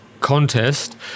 contest